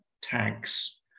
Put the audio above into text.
tags